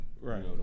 Right